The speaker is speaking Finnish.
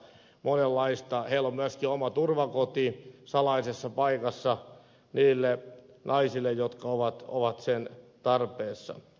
monika naisilla on myöskin oma turvakoti salaisessa paikassa niille naisille jotka ovat sen tarpeessa